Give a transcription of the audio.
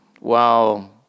Wow